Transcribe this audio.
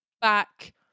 back